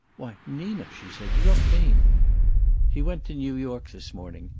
why, nina! she said. you don't mean he went to new york this morning.